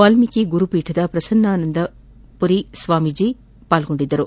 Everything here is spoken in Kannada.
ವಾಲ್ಮೀಕಿ ಗುರು ಪೀಠದ ಪ್ರಸನ್ನಾನಂದಪುರಿ ಸ್ವಾಮೀಜಿ ಪಾಲ್ಗೊಂಡಿದ್ದರು